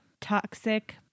toxic